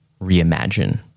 reimagine